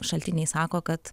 šaltiniai sako kad